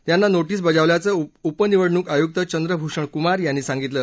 यांना नोटीस बजावल्याचं उपनिवडणुक आयुक्त चंद्रभूषण कुमार यांनी सांगितलं